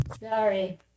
Sorry